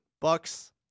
Bucks